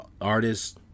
artists